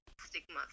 Stigma